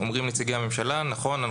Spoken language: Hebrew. אומרים נציגי הממשלה שנכון,